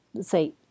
say